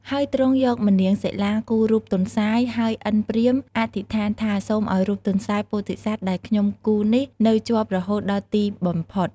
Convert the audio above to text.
ហើយទ្រង់យកម្នាងសិលាគូររូបទន្សាយ ហើយឥន្ទព្រាហ្មណ៍អធិដ្ឋានថាសូមឲ្យរូបទន្សាយពោធិសត្វដែលខ្ញុំគូរនេះនៅជាប់រហូតដល់ទីបំផុត។